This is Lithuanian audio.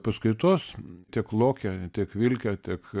paskaitos tiek lokė tiek vilkė tiek